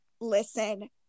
listen